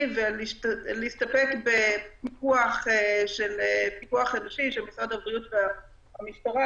ולהסתפק בפיקוח אנושי של משרד הבריאות והמשטרה.